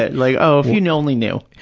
like, oh, if you know only knew.